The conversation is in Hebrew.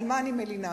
על מה אני מלינה.